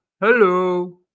hello